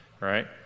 right